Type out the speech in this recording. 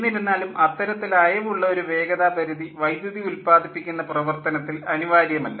എന്നിരുന്നാലും അത്തരത്തിൽ അയവുള്ള ഒരു വേഗതാ പരിധി വൈദ്യുതി ഉല്പാദിപ്പിക്കുന്ന പ്രവർത്തനത്തിൽ അനിവാര്യമല്ല